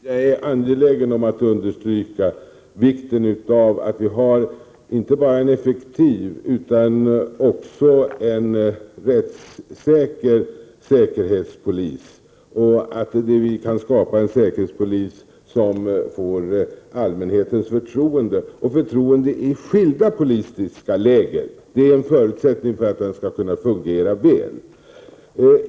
Herr talman! Jag är angelägen om att understryka vikten av att vi har inte bara en effektiv utan också en rättssäker säkerhetspolis och att vi kan skapa en säkerhetspolis som får allmänhetens förtroende och förtroende i skilda politiska lägen. Det är en förutsättning för att säkerhetspolisen skall kunna fungera väl.